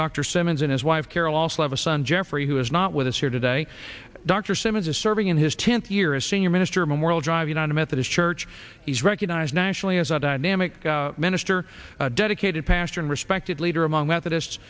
dr simmons and his wife carol also have a son jeffrey who is not with us here today dr simmons is serving in his tenth year as senior minister memorial drive united methodist church he's recognized nationally as a dynamic minister dedicated pastor and respected leader among that that